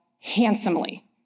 handsomely